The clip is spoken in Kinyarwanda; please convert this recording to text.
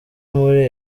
muri